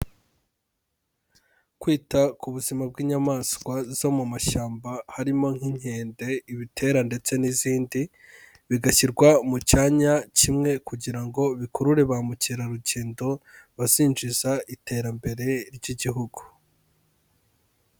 Kwita ku buzima bw'inyamaswa zo mu mashyamba, harimo nk'inkende, ibitera ndetse n'izindi. Bigashyirwa mu cyanya kimwe, kugira ngo bikurure ba mukerarugendo, bazinjiza iterambere ry'igihugu.